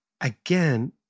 again